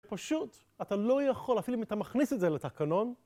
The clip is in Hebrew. פשוט אתה לא יכול, אפילו אם אתה מכניס את זה לתקנון...